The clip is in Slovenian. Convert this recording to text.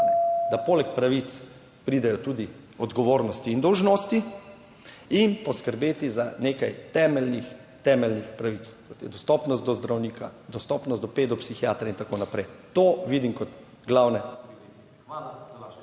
da poleg pravic pridejo tudi odgovornosti in dolžnosti, in poskrbeti za nekaj temeljnih pravic, kot je dostopnost do zdravnika, dostopnost do pedopsihiatra in tako naprej. To vidim kot glavne prioritete.